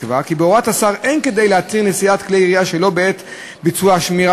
נקבע כי בהוראת השר אין כדי להתיר נשיאת כלי ירייה שלא בעת ביצוע השמירה